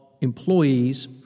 employees